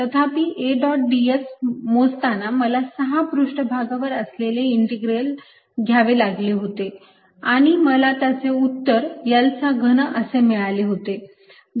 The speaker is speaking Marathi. तथापि A डॉट ds मोजताना मला सहा पृष्ठभागांवर असलेले इंटिग्रल घ्यावे लागले होते आणि मला त्याचे उत्तर L चा घन असे मिळाले होते